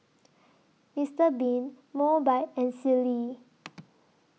Mister Bean Mobike and Sealy